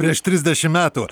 prieš trisdešim metų